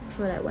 orh